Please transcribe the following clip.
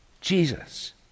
Jesus